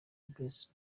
blaise